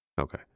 Okay